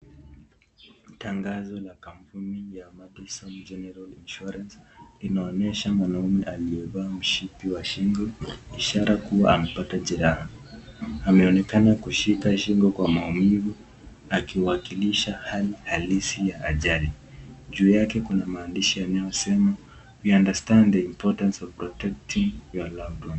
Tangazo ya kampuni ya Madison general insurance, inaonesha mwanaume aliyevaa mshipi wa shingo ishara kuwa amepata jeraha. Anaonekana kushika shingo kwa maumivu akiwakilisha hali halisi ya ajali, juu yake kuna maneno yanayosema we understand the importance of protecting your loved one .